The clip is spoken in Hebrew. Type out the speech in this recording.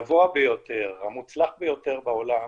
הגבוה ביותר, המוצלח ביותר בעולם,